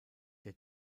der